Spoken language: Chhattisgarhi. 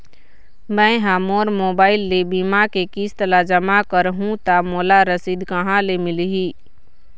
मैं हा मोर मोबाइल ले बीमा के किस्त ला जमा कर हु ता मोला रसीद कहां ले मिल ही?